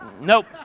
Nope